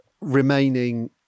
remaining